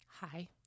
Hi